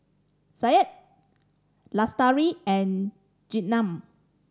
Syed Lestari and Jenab